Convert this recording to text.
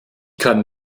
kann